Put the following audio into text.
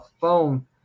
phone